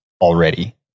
already